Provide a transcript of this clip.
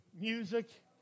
music